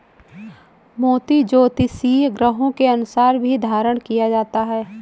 मोती ज्योतिषीय ग्रहों के अनुसार भी धारण किया जाता है